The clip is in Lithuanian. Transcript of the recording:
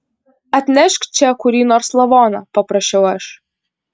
atnešk čia kurį nors lavoną paprašiau aš